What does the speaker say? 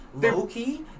low-key